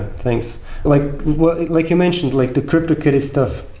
thanks. like like you mentioned, like the cryptokitty stuff,